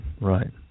right